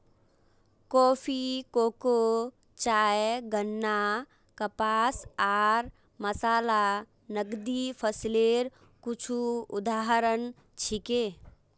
coffee, cocoa, चाय, गन्ना, कपास आर मसाला नकदी फसलेर कुछू उदाहरण छिके